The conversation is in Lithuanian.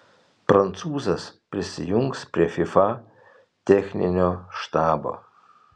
prancūzas prisijungs prie fifa techninio štabo